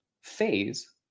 phase